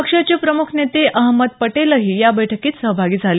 पक्षाचे प्रमुख नेते अहमद पटेलही या बैठकीत सहभागी झाले